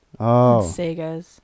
Segas